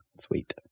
Sweet